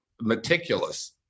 meticulous